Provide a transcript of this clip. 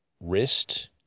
wrist